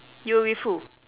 you were with who